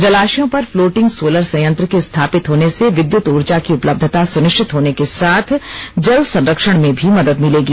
जलाशयों पर floating solar संयंत्र के स्थापित होने से विद्युत ऊर्जा की उपलब्धता सुनिश्चित होने के साथ जल संरक्षण में भी मदद मिलेगी